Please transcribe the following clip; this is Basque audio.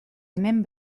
hemen